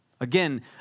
Again